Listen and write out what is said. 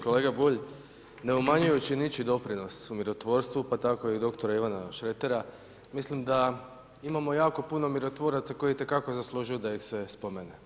Kolega Bulj, ne umanjujući ničiji doprinos u mirotvorstvu pa tako i dr. Ivana Šretera, mislim da imamo jako puno mirotvoraca koji itekako zaslužuju da ih se spomene.